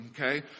okay